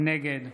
נגד